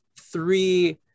three